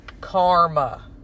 Karma